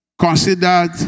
Considered